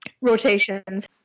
Rotations